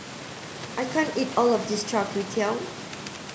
I can't eat all of this Char Kway Teow